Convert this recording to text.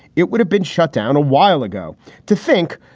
it would have been shut down a while ago to think.